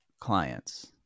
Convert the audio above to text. clients